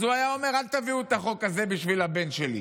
אז הוא היה אומר: אל תביאו את החוק הזה בשביל הבן שלי,